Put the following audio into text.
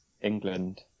England